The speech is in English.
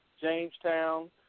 Jamestown